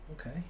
okay